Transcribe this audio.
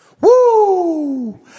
Woo